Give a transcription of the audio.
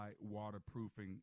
Waterproofing